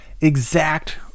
exact